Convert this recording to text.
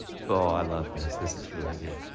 so i love this. this is really good.